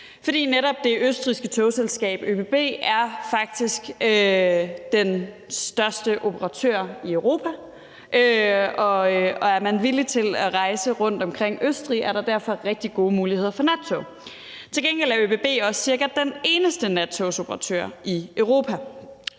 For det østrigske togselskab ÖBB er faktisk den største operatør i Europa inden for det, og er man villig til at rejse omkring Østrig, er der derfor rigtig gode muligheder for at tage nattog. Til gengæld er ÖBB også nærmest den eneste nattogsoperatør i Europa.